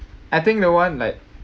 I think the one like